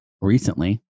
recently